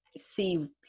see